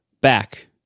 back